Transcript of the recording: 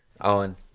Owen